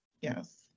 Yes